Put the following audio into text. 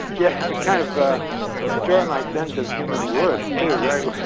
yeah. it would kind of ah disturb my sense of human worth too, right?